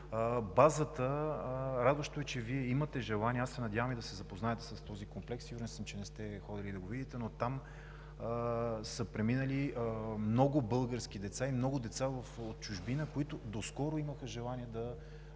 Радващо е, че имате желание. Надявам се да се запознаете с този комплекс. Сигурен съм, че не сте ходили да го видите, но там са преминали много български деца и много деца от чужбина, които доскоро имаха желание да